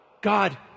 God